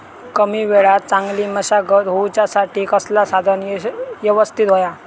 कमी वेळात चांगली मशागत होऊच्यासाठी कसला साधन यवस्तित होया?